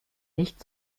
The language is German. nicht